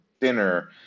dinner